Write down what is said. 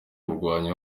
kurwanya